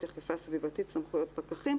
פקח עירוני,